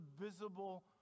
visible